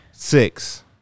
Six